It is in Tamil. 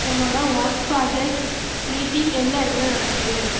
என்னோட ஒர்க் ப்ராஜெக்ட் மீட்டிங் எந்த இடத்துல நடக்குது